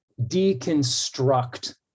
deconstruct